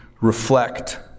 reflect